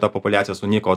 ta populiacija sunyko